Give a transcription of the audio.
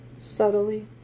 Subtly